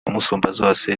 musumbazose